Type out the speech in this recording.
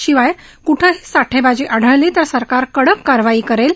शिवाय कुठंही साठेबाजी आढळली तर सरकार कडक कारवाई करेल